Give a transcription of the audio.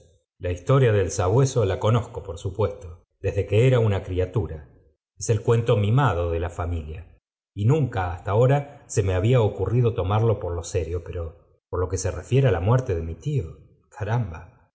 la historia del sabueso la conozco por supuesto desde que era una criatura es el cuento mimado de la familia y nunca hasta ahora se me había ocurrido tomarlo por lo serio pero por lo que se refiere á la muerte de mi tío caramba